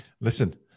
Listen